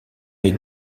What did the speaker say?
les